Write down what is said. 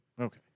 Okay